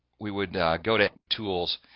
we would go to tools,